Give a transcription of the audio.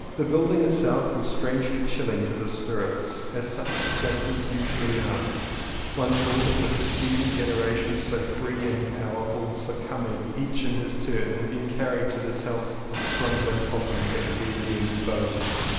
the building itself was strangely chilling to the spirits, as such places usually are one thought of the succeeding generations so free and powerful succumbing each in his turn, and being carried to this house of crumbling coffins and dead men's bones.